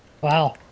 Wow